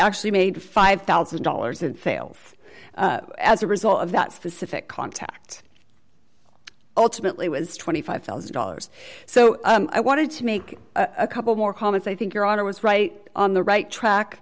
actually made five thousand dollars and failed as a result of that specific contact ultimately was twenty five thousand dollars so i wanted to make a couple more comments i think your honor was right on the right track